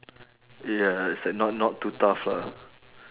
ya it's like not not too tough lah